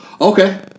Okay